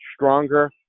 stronger